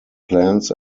plans